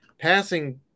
Passing